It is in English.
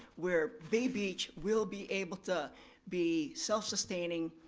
where bay beach will be able to be self sustaining,